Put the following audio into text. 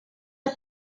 are